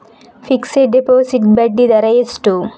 Fixed deposit ಬಡ್ಡಿ ದರ ಎಷ್ಟು?